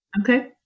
okay